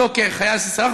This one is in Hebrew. אותו "חייל שסרח",